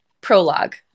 Prologue